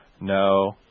No